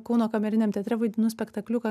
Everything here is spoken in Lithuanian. kauno kameriniam teatre vaidinu spektakliuką